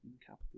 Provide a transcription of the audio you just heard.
capital